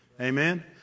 Amen